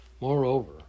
Moreover